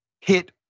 hit